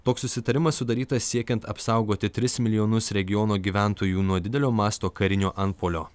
toks susitarimas sudarytas siekiant apsaugoti tris milijonus regiono gyventojų nuo didelio masto karinio antpuolio